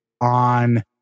on